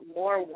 more